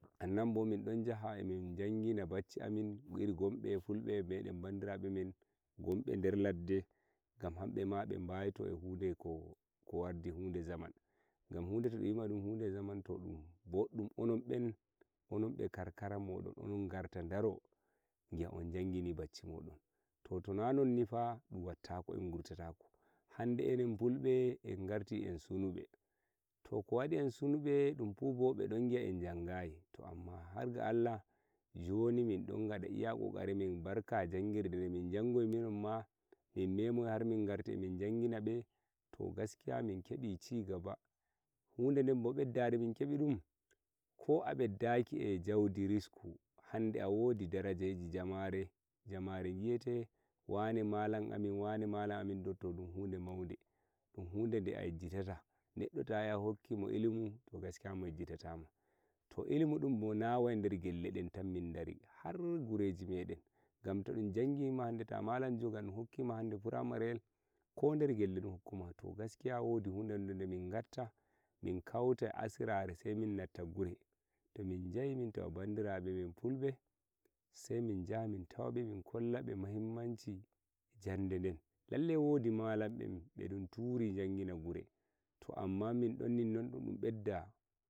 san nan bo min don jaha min jangini bacci amin gomme fulbe nbadirawo meden gombe nder ladde gam hanbe ma me hude ko wari hunde zaman hunde to dum yi ma dum hude zaman boddum onon en be karkara modon arta daro duniya dum jangini bacci mon to nanon ni fa dum wattako hande enen fulbe en ngarti en sunabe to ko wadi en sunabe bo be fun giya in jangayi amma harga Allah joni min non gada iya kokari amin barka jangirde da min jangoyi minon ma mimoya min ngarti min jangina ma to gaskiya min kebi cigaba hude de bo entare dum min kebi bo ko a beddaki eh jangirde jaudi risku a wadi darajaji jamare jamare gi'ete malam amin wane to dum hude maude hunde de yejjitata denno ta yahi a hokki dum ilimu to gaskiya mi yejjitata ma to iri mudum na dum gelle den tammindori har gureji meden to dum jangina hande malam jom gam hokki ma hunde pamareyel koder gelle dum rokku ma to gaskiya wodi hude demin gatta min kauta asira sai min nata gure to min jahi min tawa bandirabe fulbe hollabe mahimmanci jande lallai wodi malam be duntiri jangina gure to amma niddun dum bedda sembiduki